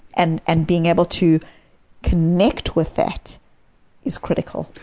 and and being able to connect with it is critical.